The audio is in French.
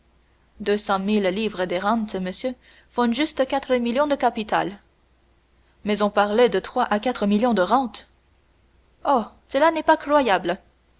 deux cent mille livres de rente monsieur font juste quatre millions de capital mais on parlait de trois à quatre millions de rente oh cela n'est pas croyable